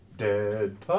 Dead